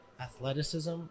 athleticism